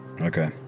Okay